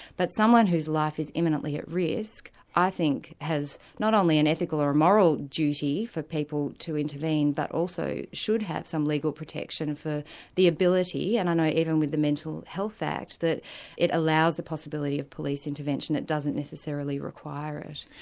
but someone whose life is imminently at risk, i think has not only an ethical or a moral duty for people to intervene, but also should have some legal protection for the ability, and i know even with the mental health act, that it allows the possibility of police intervention, it doesn't necessarily require it.